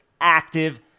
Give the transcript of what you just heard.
active